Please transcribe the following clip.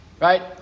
Right